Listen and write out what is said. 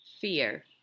fear